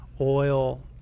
oil